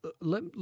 Let